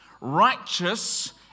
righteous